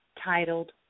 titled